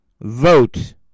vote